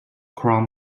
crow